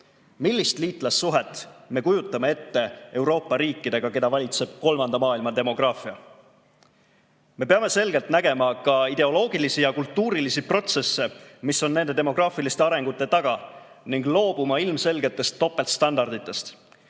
Millist liitlassuhet me kujutame ette Euroopa riikidega, keda valitseb kolmanda maailma demograafia? Me peame selgelt nägema ka ideoloogilisi ja kultuurilisi protsesse, mis on nende demograafiliste arengute taga, ning loobuma ilmselgetest topeltstandarditest. Lisaks